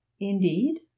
indeed